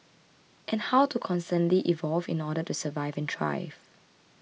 and how to constantly evolve in order to survive and thrive